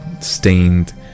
stained